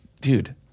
Dude